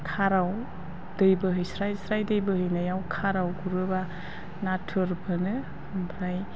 खाराव दै स्राय स्राय बोहैनाय खाराव गुरोब्ला नाथुर मोनो ओमफ्राय